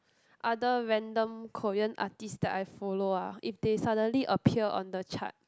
other random Korean artist that I follow ah if they suddenly appear on the chart